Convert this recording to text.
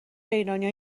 ایرانیا